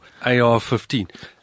AR-15